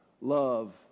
love